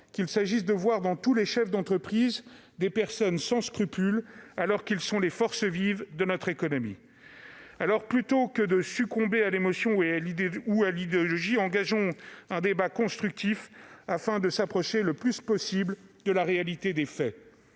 qu'il s'agisse de voir dans tous les chefs d'entreprise des personnes sans scrupules, alors qu'ils sont les forces vives de notre économie. Plutôt que de succomber à l'émotion ou à l'idéologie, engageons un débat constructif afin de nous approcher, le plus possible, de la réalité des faits.